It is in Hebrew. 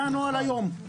זה הנוהל היום.